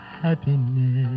happiness